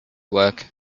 work